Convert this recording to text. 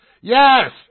yes